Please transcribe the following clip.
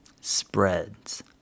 spreads